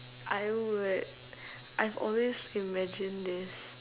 I would I've always imagined this